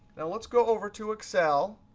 now let's go over to excel.